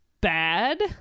bad